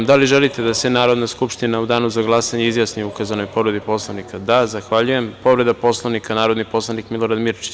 Da li želite da se Narodna skupština u danu za glasanje izjasni o ukazanoj povredi Poslovnika? (Da) Povreda Poslovnika, narodni poslanik Milorad Mirčić.